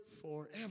forever